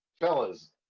fellas